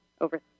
over